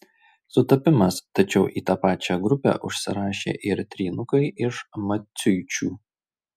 sutapimas tačiau į tą pačią grupę užsirašė ir trynukai iš maciuičių